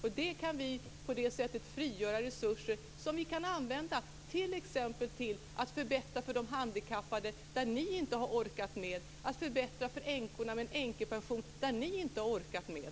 På det sättet kan vi frigöra resurser som vi kan använda t.ex. till att förbättra för de handikappade, där ni inte har orkat med, och till att förbättra för änkorna med en änkepension, där ni inte har orkat med.